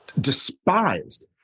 despised